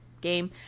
game